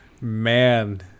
man